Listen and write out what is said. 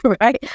right